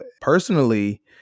Personally